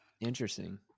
Interesting